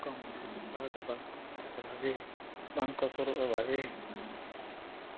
ᱵᱟᱝᱠᱚ ᱢᱟᱱᱟᱣ ᱵᱟᱛᱟᱣ ᱮᱫᱟ ᱵᱟᱝ ᱠᱚ ᱥᱩᱨᱩᱜᱼᱟ ᱵᱷᱟᱹᱜᱤ ᱵᱟᱝ ᱠᱚ ᱥᱩᱨᱩᱜᱼᱟ ᱵᱷᱟᱹᱜᱤ